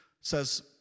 says